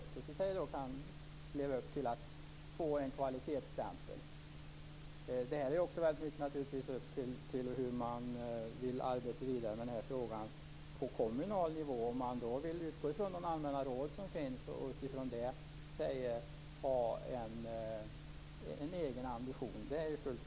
Vi får hoppas att Torgny Danielsson kommer att vara tillmötesgående och hjälpa till att stötta förslaget så att det kommer att bli på det här sättet och att det inte bara är ett hinder, som Torgny Larsson uttrycker det.